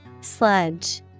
sludge